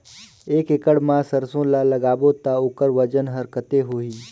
एक एकड़ मा सरसो ला लगाबो ता ओकर वजन हर कते होही?